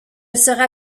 sera